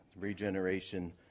Regeneration